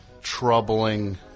troubling